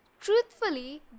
truthfully